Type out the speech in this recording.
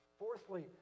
Fourthly